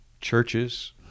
churches